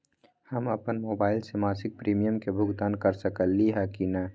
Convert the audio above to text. हम अपन मोबाइल से मासिक प्रीमियम के भुगतान कर सकली ह की न?